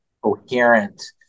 coherent